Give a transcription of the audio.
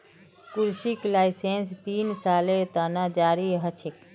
कृषि लाइसेंस तीन सालेर त न जारी ह छेक